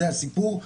זה הסיפור.